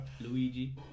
Luigi